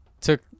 took